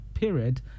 Period